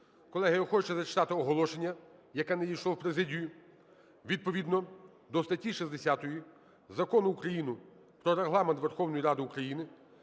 Колеги, я хочу зачитати оголошення, яке надійшло у президію. Відповідно до статті 60 Закону України "Про Регламент Верховної Ради України"